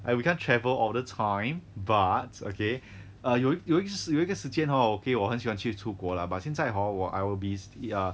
and we can't travel all the time but okay uh 有有一个有一个时间 hor okay 我很喜欢去出国啦 but 现在 hor !wah! I will be err